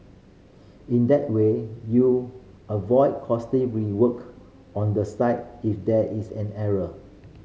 in that way you avoid costly rework on the site if there is an error